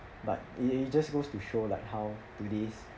but it it just goes to show like how today's